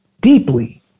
deeply